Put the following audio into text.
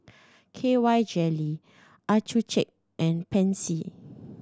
K Y Jelly Accucheck and Pansy